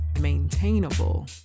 maintainable